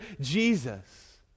Jesus